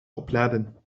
opladen